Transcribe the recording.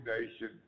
Nation